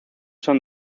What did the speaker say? son